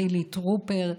חילי טרופר,